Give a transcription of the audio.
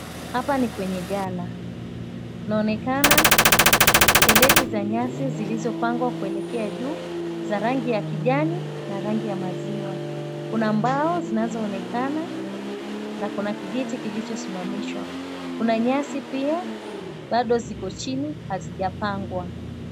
Hapa ni kwenye gala kunaonekana peleti za nyasi zilizopangwa kuelekea juu za rangi ya kijani na rangi ya maziwa. Kuna mbao zinazoonekana na kuna kijiti kilichosimamishwa. Kuna nyasi pia bado zilikochini hazijapangwa.